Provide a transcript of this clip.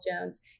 Jones